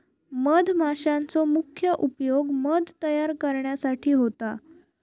मधमाशांचो मुख्य उपयोग मध तयार करण्यासाठी होता